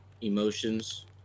emotions